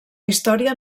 història